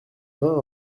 vingt